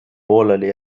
pooleli